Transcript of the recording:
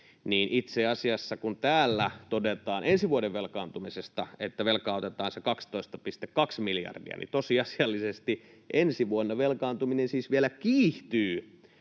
niin itse asiassa, kun täällä todetaan ensi vuoden velkaantumisesta, että velkaa otetaan se 12,2 miljardia, niin tosiasiallisesti ensi vuonna velkaantuminen vielä kiihtyy